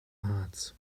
harz